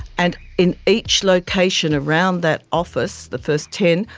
and in each location around that office, the first ten,